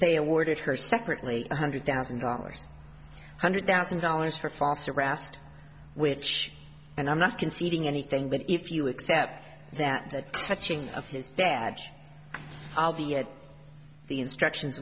they awarded her separately one hundred thousand dollars one hundred thousand dollars for false arrest which and i'm not conceding anything but if you accept that the touching of his bad i'll be at the instructions